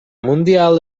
mundial